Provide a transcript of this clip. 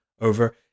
over